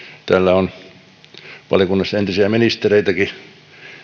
täällä valiokunnassa on entisiä ministereitäkin